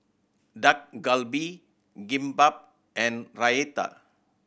Dak Galbi Kimbap and Raita